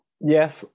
Yes